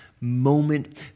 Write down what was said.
moment